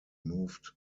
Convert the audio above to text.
moved